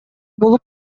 болуп